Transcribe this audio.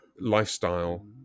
lifestyle